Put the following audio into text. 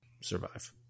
survive